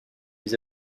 les